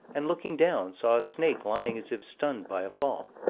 and looking down, saw a snake lying as if stunned by a fall.